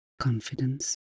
confidence